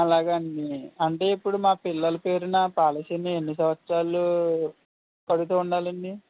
అలాగా అండి అంటే ఇప్పుడు మా పిల్లల పేరున పోలసీలు ఎన్ని సంవత్సరాలు కడుతూ ఉండాలండి